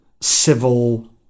civil